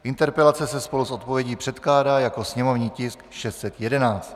Interpelace se spolu s odpovědí předkládá jako sněmovní tisk 611.